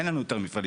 אין לנו יותר מפעלים,